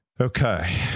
Okay